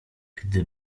gdy